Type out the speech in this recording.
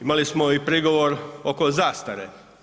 Imali smo i prigovor oko zastare.